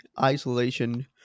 isolation